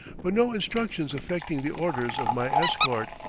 but no instructions affecting the orders of my escort.